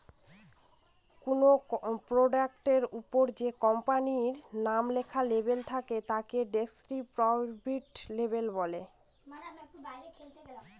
কোনো প্রোডাক্টের ওপরে যে কোম্পানির নাম লেখার লেবেল থাকে তাকে ডেস্ক্রিপটিভ লেবেল বলে